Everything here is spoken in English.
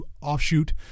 offshoot